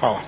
Hvala.